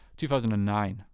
2009